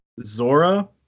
Zora